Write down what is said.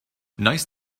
nice